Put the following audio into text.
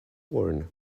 worn